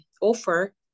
offer